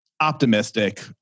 optimistic